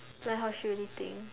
like how she really think